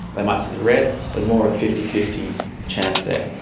they might see the red, or more a fifty fifty chance there.